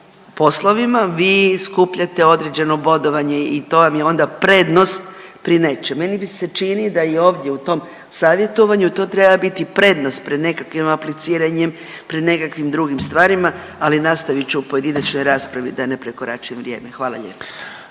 poslovima vi skupljate određeno bodovanje i to vam je onda prednost pri nečem. Meni se čini da i ovdje u tom savjetovanju to treba biti prednost pred nekakvim apliciranjem pred nekakvim drugim stvarima. Ali nastavit ću u pojedinačnoj raspravi da ne prekoračim vrijeme. Hvala lijepa.